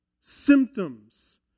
symptoms